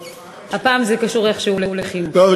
הפעם זה קשור איכשהו לחינוך.